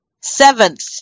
Seventh